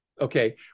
Okay